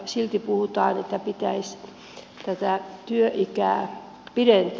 silti puhutaan että pitäisi tätä työikää pidentää